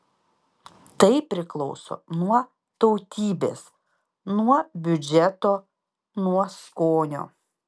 tai priklauso nuo tautybės nuo biudžeto nuo skonio